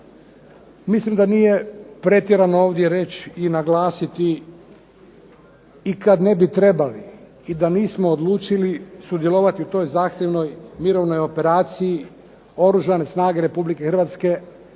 Mislim da nije ovdje pretjerano ovdje reći i naglasiti i kada ne bi trebali i da nismo odlučili sudjelovati u toj zahtjevnoj mirovnoj operaciji Oružane snage Republike Hrvatske